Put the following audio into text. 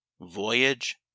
Voyage